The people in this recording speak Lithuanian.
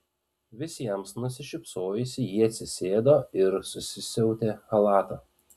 visiems nusišypsojusi ji atsisėdo ir susisiautę chalatą